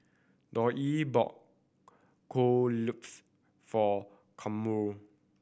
Dollye bought Kueh Lupis for Kamron